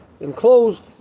enclosed